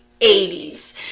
80s